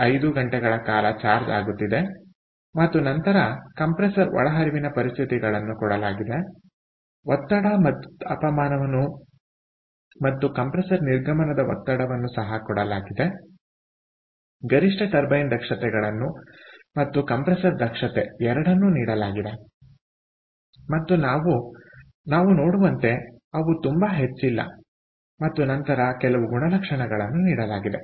5 ಗಂಟೆಗಳ ಕಾಲ ಚಾರ್ಜ್ ಆಗುತ್ತಿದೆ ಮತ್ತು ನಂತರ ಕಂಪ್ರೆಸರ್ ಒಳಹರಿವಿನ ಪರಿಸ್ಥಿತಿಗಳನ್ನು ಕೊಡಲಾಗಿದೆ ಒತ್ತಡ ಮತ್ತು ತಾಪಮಾನವನ್ನು ಮತ್ತು ಕಂಪ್ರೆಸರ್ ನಿರ್ಗಮನ ಒತ್ತಡವನ್ನು ಸಹ ಕೊಡಲಾಗಿದೆ ಗರಿಷ್ಠ ಟರ್ಬೈನ್ ದಕ್ಷತೆಗಳನ್ನು ಮತ್ತು ಕಂಪ್ರೆಸರ್ ದಕ್ಷತೆ ಎರಡನ್ನು ನೀಡಲಾಗಿದೆ ಮತ್ತು ನಾವು ನೋಡುವಂತೆ ಅವು ತುಂಬಾ ಹೆಚ್ಚಿಲ್ಲ ಮತ್ತು ನಂತರ ಕೆಲವು ಗುಣಲಕ್ಷಣಗಳನ್ನು ನೀಡಲಾಗಿದೆ